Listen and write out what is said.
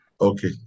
Okay